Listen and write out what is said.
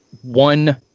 one